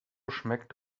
schmeckt